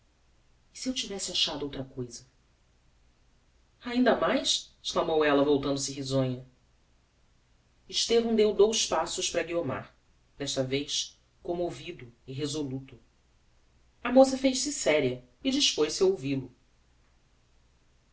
se eu tivesse achado outra cousa ainda mais exclamou ella voltando-se risonha estevão deu dous passos para guiomar desta vez commovido e resoluto a moça fez-se seria e dispoz-se a ouvil-o